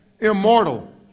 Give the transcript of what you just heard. immortal